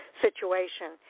situation